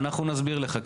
נסביר לך.